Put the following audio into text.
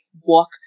Walk